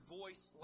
voice